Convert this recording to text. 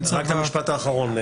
את המשפט האחרון.